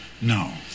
No